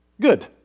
Good